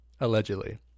Allegedly